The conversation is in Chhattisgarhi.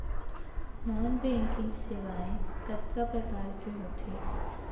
नॉन बैंकिंग सेवाएं कतका प्रकार के होथे